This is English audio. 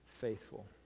Faithful